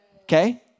Okay